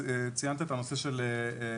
ציינת את הנושא של כלים,